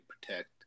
protect